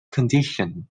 condition